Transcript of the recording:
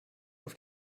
auf